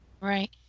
Right